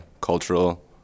cultural